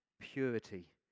purity